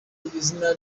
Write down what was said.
izina